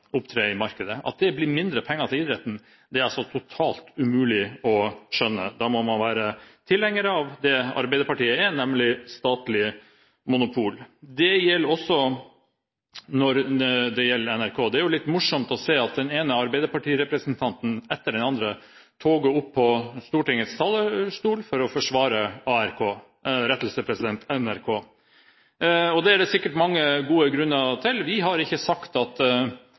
opptre i markedet. At det blir mindre penger til idretten, er altså totalt umulig å skjønne – da må man være tilhenger av det Arbeiderpartiet er, nemlig statlig monopol. Det gjelder også NRK. Det er jo litt morsomt å se at den ene arbeiderpartirepresentanten etter den andre toger opp på Stortingets talerstol for å forsvare ARK – rettelse: NRK. Det er det sikkert mange gode grunner til. Vi har ikke sagt at